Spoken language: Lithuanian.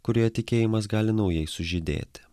kurioje tikėjimas gali naujai sužydėti